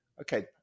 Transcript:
Okay